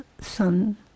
son